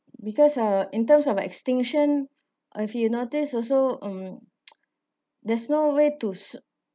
because uh in terms of extinction if you notice also um there's no way to